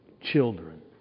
Children